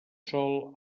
sol